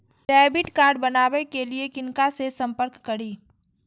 Debit card बनावे के लिए किनका से संपर्क करी?